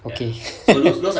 okay